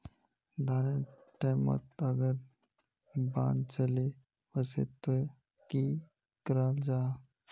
धानेर टैमोत अगर बान चले वसे ते की कराल जहा?